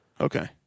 Okay